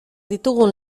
ditugun